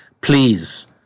Please